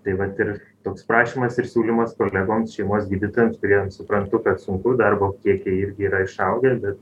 tai vat ir toks prašymas ir siūlymas kolegoms šeimos gydytojams kuriem suprantu kad sunku darbo kiekiai irgi yra išaugę bet